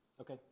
Okay